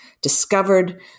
discovered